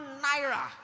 naira